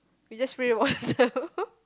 we just spray water